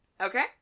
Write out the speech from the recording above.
Okay